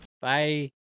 Bye